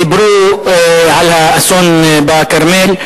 דיברו על האסון בכרמל.